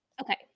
Okay